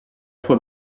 sua